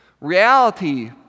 Reality